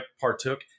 partook